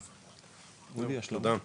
תודה,